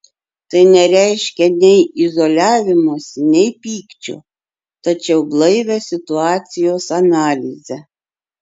tai nereiškia nei izoliavimosi nei pykčio tačiau blaivią situacijos analizę